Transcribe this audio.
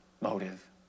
motive